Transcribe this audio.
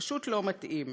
"פשוט לא מתאים".